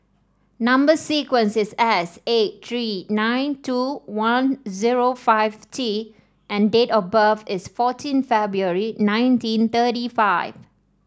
number sequence is S eight three nine two one zero five T and date of birth is fourteen February nineteen thirty five